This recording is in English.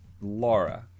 Laura